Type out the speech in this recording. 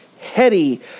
heady